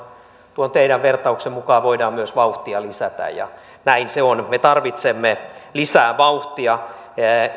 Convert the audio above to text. tuon teidän vertauksenne mukaan voidaan myös vauhtia lisätä näin se on me tarvitsemme lisää vauhtia